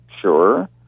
Sure